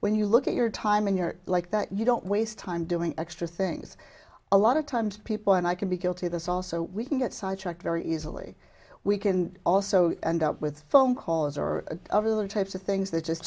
when you look at your time and you're like that you don't waste time doing extra things a lot of times people and i can be guilty of this also we can get sidetracked very easily we can also end up with phone calls or over the types of things that just